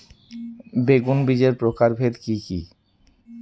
বেগুন বীজের প্রকারভেদ কি কী?